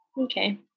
Okay